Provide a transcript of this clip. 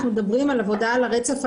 אנחנו מדברים על עבודה על הרצף היומי.